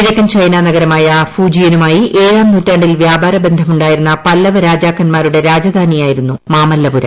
കിഴക്കൻ ്രച്ചൈനാ നഗരമായ ഫൂജിയനുമായി ഏഴാം നൂറ്റാണ്ടിൽ വ്യാപാരബിന്റ്യമുണ്ടായിരുന്ന പല്ലവ രാജാക്കന്മാരുടെ രാജധാനിയായിരുന്നു മാമല്ലപുരം